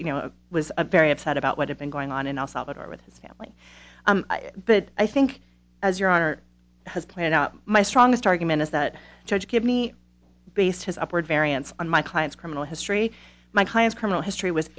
you know it was a very upset about what had been going on in el salvador with his family but i think as your honor has planned out my strongest argument is that judge give me based his upward variance on my client's criminal history my client's criminal history w